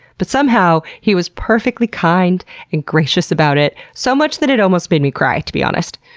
but somehow, he was perfectly kind and gracious about it. so much that it almost made me cry, to be honest.